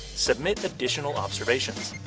submit additional observations.